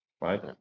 right